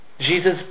Jesus